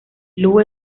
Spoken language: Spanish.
lou